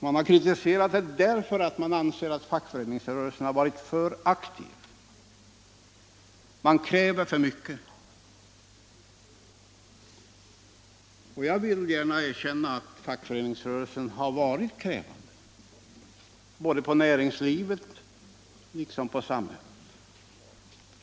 Man har kritiserat den därför att man anser att fackföreningsrörelsen har varit för aktiv, att den kräver för mycket. Jag vill gärna erkänna att fackföreningsrörelsen har varit krävande i förhållande till både näringslivet och samhället.